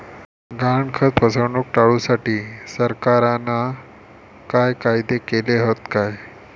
गहाणखत फसवणूक टाळुसाठी सरकारना काय कायदे केले हत काय?